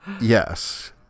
Yes